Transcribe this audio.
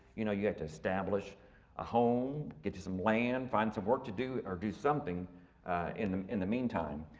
you know you had to establish a home, get you some land, find some work to do, or do something in the in the meantime.